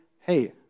hey